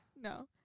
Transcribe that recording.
No